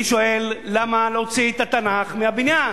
אני שואל למה להוציא את התנ"ך מהבניין.